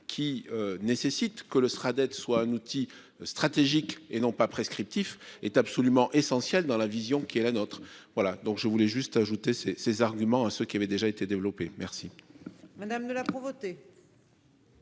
qui nécessite que l'Austra dettes soit un outil stratégique et non pas prescriptifs est absolument essentiel dans la vision qui est la nôtre. Voilà donc je voulais juste ajouter ses, ses arguments à ceux qui avaient déjà été développé merci.